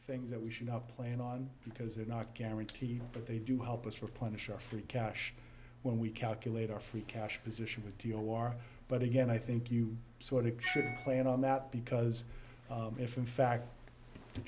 things that we should not plan on because they're not guaranteed but they do help us replenish our free cash when we calculate our free cash position with your war but again i think you sort of should plan on that because if in fact the